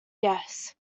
yes